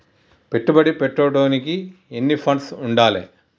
పెట్టుబడి పెట్టేటోనికి ఎన్ని ఫండ్స్ ఉండాలే?